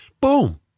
boom